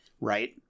right